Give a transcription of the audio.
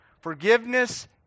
Forgiveness